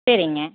சரிங்க